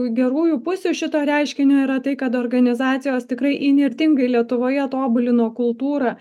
gerųjų pusių šito reiškinio yra tai kad organizacijos tikrai įnirtingai lietuvoje tobulino kultūrą